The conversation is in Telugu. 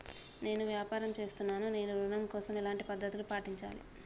నేను వ్యాపారం చేస్తున్నాను నేను ఋణం కోసం ఎలాంటి పద్దతులు పాటించాలి?